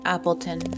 Appleton